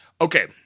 Okay